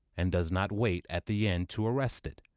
and does not wait at the end to arrest it,